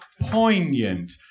poignant